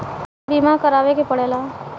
बीमा करावे के पड़ेला